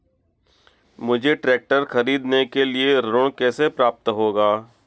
मुझे ट्रैक्टर खरीदने के लिए ऋण कैसे प्राप्त होगा?